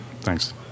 Thanks